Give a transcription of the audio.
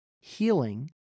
healing—